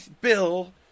bill